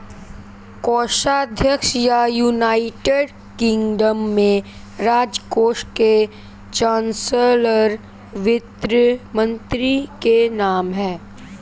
कोषाध्यक्ष या, United Kingdom में, राजकोष के चांसलर वित्त मंत्री के नाम है